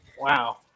Wow